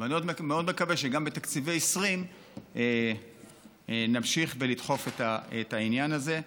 ואני מאוד מקווה שגם בתקציבי 2020 נמשיך ונדחוף את העניין הזה.